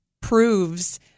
proves